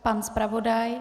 Pan zpravodaj?